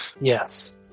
Yes